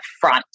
front